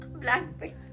blackpink